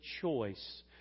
choice